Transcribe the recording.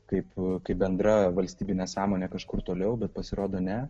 kaip kaip bendra valstybinė sąmonė kažkur toliau bet pasirodo ne